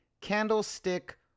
Candlestick